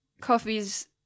coffees